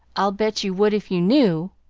i'll bet you would if you knew.